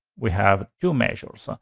we have two measures. ah